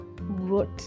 wrote